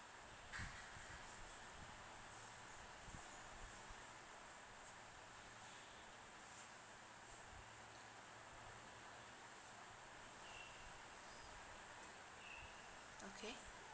okay